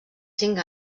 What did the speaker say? cinc